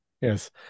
yes